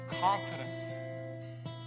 confidence